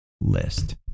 list